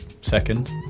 Second